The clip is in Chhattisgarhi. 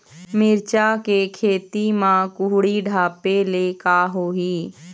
मिरचा के खेती म कुहड़ी ढापे ले का होही?